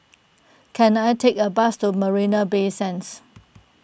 can I take a bus to Marina Bay Sands